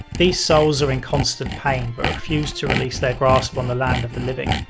the souls are in constant pain but refuse to release their grasp on the land of the living.